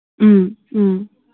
ꯎꯝ ꯎꯝ